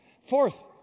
Fourth